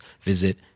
visit